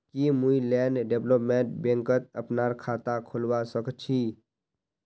की मुई land development बैंकत अपनार खाता खोलवा स ख छी?